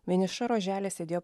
vieniša roželė sėdėjo